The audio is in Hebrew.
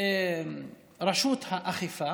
רשות האכיפה.